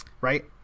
Right